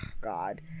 God